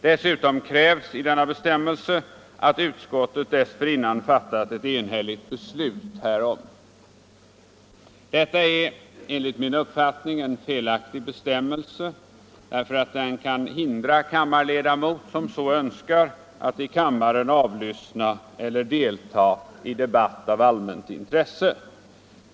Dessutom krävs i denna bestämmelse att utskotten dessförinnan fattat ett enhälligt beslut härom. Detta är enligt min uppfattning en felaktig bestämmelse, eftersom den kan hindra kammarledamot som så önskar att i kammaren avlyssna eller delta i debatt av allmänt intresse.